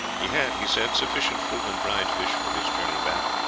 he had, he said, sufficient fruit and dried fish for his journey back.